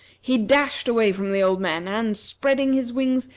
he dashed away from the old men and, spreading his wings,